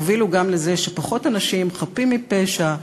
יובילו גם לזה שפחות אנשים חפים מפשע,